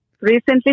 Recently